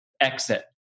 exit